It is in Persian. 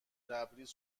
لبریز